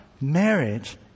Marriage